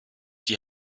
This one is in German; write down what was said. die